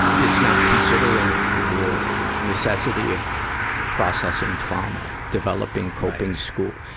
it's not considering the necessity of processing trauma, developing coping school,